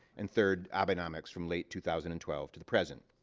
and third, abenomics from late two thousand and twelve to the present.